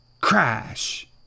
Crash